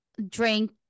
drink